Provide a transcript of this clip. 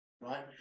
right